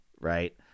Right